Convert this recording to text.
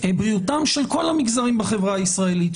בריאותם של כל המגזרים בחברה הישראלית.